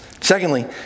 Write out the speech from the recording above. Secondly